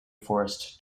forest